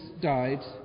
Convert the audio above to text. died